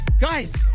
Guys